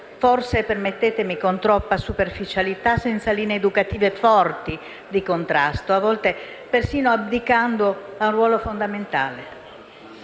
forse con troppa superficialità, senza linee educative forti di contrasto, a volte persino abdicando ad un ruolo fondamentale.